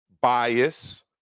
bias